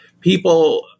people